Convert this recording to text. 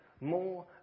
more